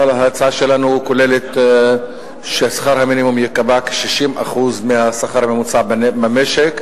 אבל לפי ההצעה שלנו שכר המינימום ייקבע כ-60% מהשכר הממוצע במשק,